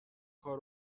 کار